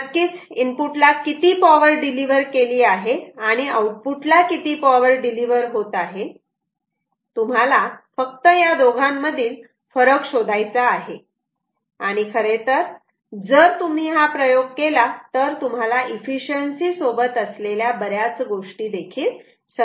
नक्कीच इनपुटला किती पॉवर डिलिव्हर केली आहे आणि आउटपुटला किती पॉवर डिलिव्हर होत आहे तुम्हाला फक्त या दोघांमधील फरक शोधायचा आहे आणि खरेतर जर तुम्ही हा प्रयोग केला तर तुम्हाला इफिसिएंन्सी सोबत असलेल्या बऱ्याच गोष्टी समजतील